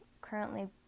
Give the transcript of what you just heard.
currently